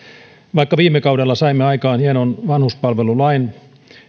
vaikka viime kaudella saimme aikaan hienon vanhuspalvelulain